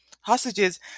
hostages